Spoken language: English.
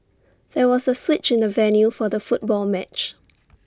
there was A switch in the venue for the football match